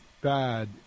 bad